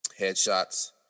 headshots